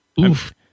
Oof